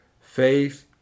faith